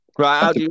Right